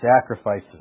sacrifices